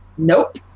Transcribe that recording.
Nope